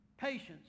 patience